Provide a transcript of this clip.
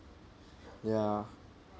ya